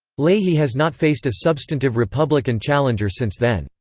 leahy has not faced a substantive republican challenger since then.